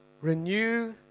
Renew